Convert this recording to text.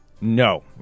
No